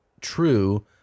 true